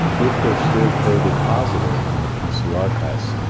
if they're still covid positive on the pcr tests,